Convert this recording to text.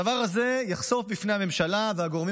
הדבר הזה יחשוף בפני הממשלה והגורמים